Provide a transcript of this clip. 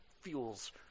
fuels